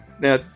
Now